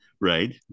Right